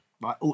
right